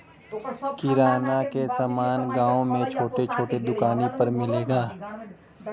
किराना क समान गांव में छोट छोट दुकानी पे मिलेला